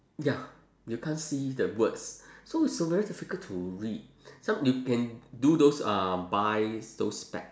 ya you can't see the words so it's very difficult to read so you can do those uh buy those spec~